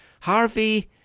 Harvey